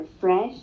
fresh